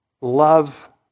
love